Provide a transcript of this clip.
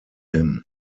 him